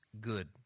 good